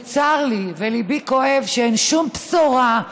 וצר לי, וליבי כואב שאין שום בשורה,